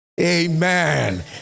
Amen